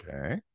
Okay